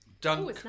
Dunk